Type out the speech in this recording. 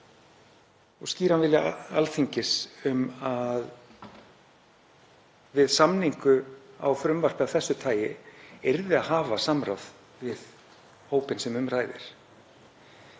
og skýran vilja Alþingis um að við samningu á frumvarpi af þessu tagi yrði að hafa samráð við hópinn sem um ræðir.